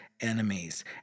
Enemies